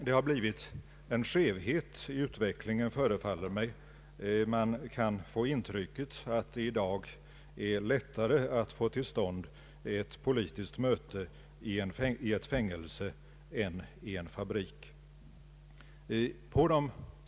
Det har blivit en skevhet i utvecklingen, förefaller det mig. Man kan få intrycket att det i dag är lättare att få till stånd ett politiskt möte i ett fängelse än i en fabrik.